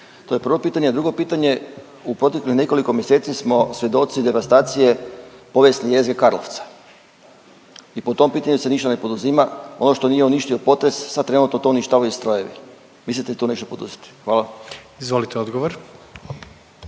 To je prvo pitanje. A drugo pitanje, u proteklih nekoliko mjeseci smo svjedoci devastacije povijesne jezgre Karlovca i po tom pitanju se ništa ne poduzima, ono što nije uništio potres, sad trenutno to uništavaju strojevi. Mislite tu nešto poduzeti? Hvala. **Jandroković,